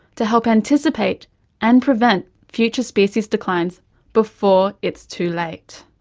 to help anticipate and prevent future species declines before it's too late.